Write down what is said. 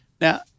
Now